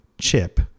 chip